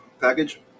package